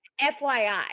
fyi